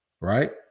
right